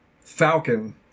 falcon